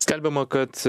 skelbiama kad